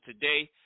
today